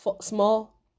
small